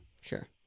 sure